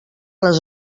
les